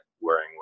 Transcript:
wearing